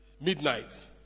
midnight